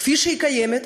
כפי שהיא קיימת,